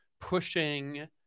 pushing